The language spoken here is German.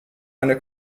eine